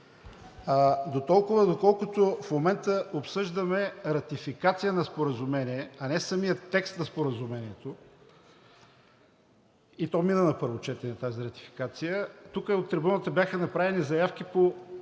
Дотолкова, доколкото в момента обсъждаме ратификация на споразумение, а не самия текст на Споразумението и тази ратификация мина на първо четене, тук от трибуната бяха направени заявки по